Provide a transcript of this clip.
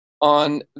on